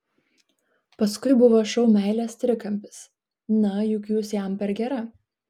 paskui buvo šou meilės trikampis na juk jūs jam per gera